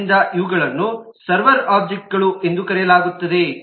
ಆದ್ದರಿಂದ ಇವುಗಳನ್ನು ಸರ್ವರ್ ಒಬ್ಜೆಕ್ಟ್ಗಳು ಎಂದು ಕರೆಯಲಾಗುತ್ತದೆ